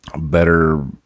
better